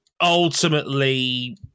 ultimately